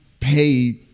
Pay